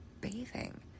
bathing